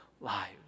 lives